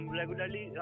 regularly